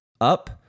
up